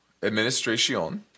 Administración